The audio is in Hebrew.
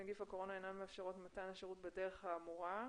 נגיף הקורונה אינן מאפשרות מתן השירות בדרך האמורה".